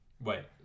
Wait